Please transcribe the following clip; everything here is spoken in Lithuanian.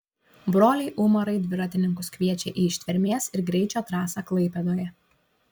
broliai umarai dviratininkus kviečia į ištvermės ir greičio trasą klaipėdoje